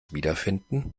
wiederfinden